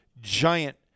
giant